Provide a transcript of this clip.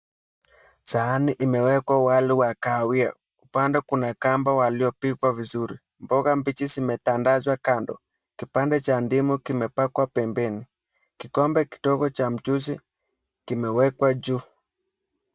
Sahani imewekwa wali wa kahawia, upande kuna kamba waliopikwa vizuri. Mboga mbichi zimetandazwa kando, kipande cha ndimu kimepakwa pembeni. Kikombe kidogo cha mchuzi kimewekwa juu.